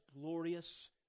glorious